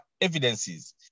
evidences